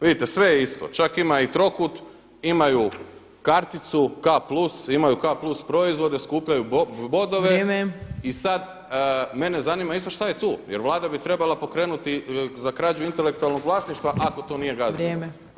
Vidite sve je isto, čak ima i trokut, imaju karticu K plus imaju K plus proizvode, skupljaju bodove [[Upadica Opačić: Vrijeme.]] i sada mene zanima isto šta je tu jer Vlada bi trebala pokrenuti za krađu intelektualnog vlasništva ako to nije gazda.